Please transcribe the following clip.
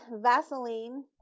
Vaseline